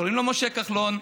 קוראים לו משה כחלון,